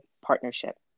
Partnership